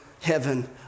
heaven